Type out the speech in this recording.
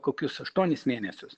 kokius aštuonis mėnesius